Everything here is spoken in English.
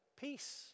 Peace